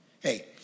Hey